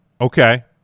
Okay